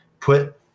put